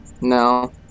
no